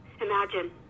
Imagine